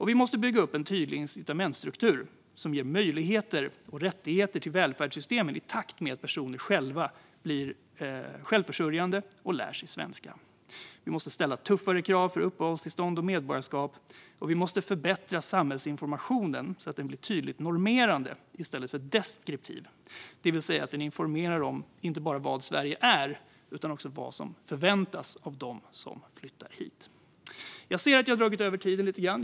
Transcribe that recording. Vi måste bygga upp en tydlig incitamentsstruktur som ger möjligheter och rättigheter till välfärdsystemen i takt med att personer blir självförsörjande och lär sig svenska. Vi måste ställa tuffare krav för uppehållstillstånd och medborgarskap. Vi måste förbättra samhällsinformationen så att den blir tydligt normerande i stället för deskriptiv. Det vill säga att den inte bara informerar om vad Sverige är utan också om vad som förväntas av dem som flyttar hit. Jag ser att jag har dragit över min talartid lite grann.